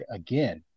again